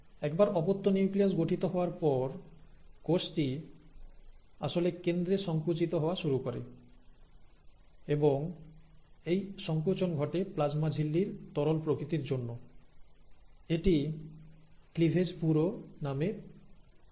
একবার অপত্য নিউক্লিয়াস গঠিত হওয়ার পর কোষটি আসলে কেন্দ্রে সংকুচিত হওয়া শুরু করে এবং এই সংকোচন ঘটে প্লাজমা ঝিল্লির তরল প্রকৃতির জন্য এটিকে ক্লিভেজ পুরো বলে